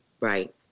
Right